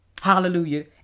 Hallelujah